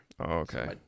okay